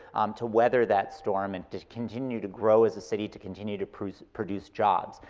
to weather that storm and to continue to grow as a city, to continue to produce produce jobs.